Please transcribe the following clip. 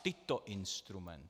Tyto instrumenty.